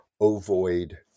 ovoid